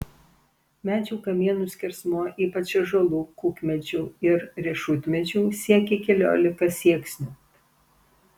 medžių kamienų skersmuo ypač ąžuolų kukmedžių ir riešutmedžių siekė keliolika sieksnių